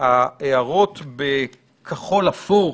וההערות בכחול-אפור